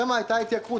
ושם הייתה התייקרות,